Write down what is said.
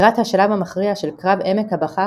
לקראת השלב המכריע של קרב עמק הבכא